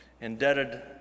indebted